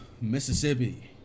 Mississippi